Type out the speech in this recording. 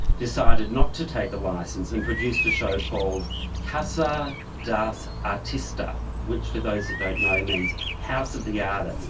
decided not to take a licence and produced a show called casa dos artistas, which for those that don't know means house of the artists. and